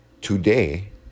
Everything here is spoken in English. Today